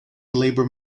labor